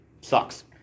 sucks